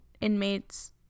inmates